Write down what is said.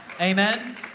Amen